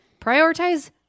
prioritize